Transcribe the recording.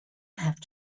have